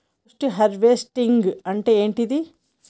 Post harvesting అంటే ఏంటిది?